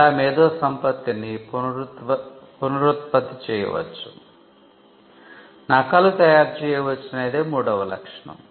ఇలా మేధోసంపత్తిని పునరుత్పత్తి చేయవచ్చు నకలు తయారు చేయవచ్చు అనేదే మూడవ లక్షణం